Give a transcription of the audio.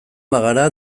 bagara